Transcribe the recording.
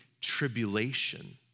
tribulation